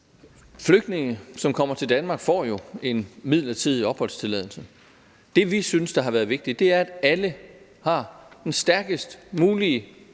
Flygtninge, som kommer til Danmark, får jo en midlertidig opholdstilladelse. Det, vi synes har været vigtigt, er, at alle har den stærkest mulige